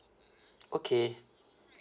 okay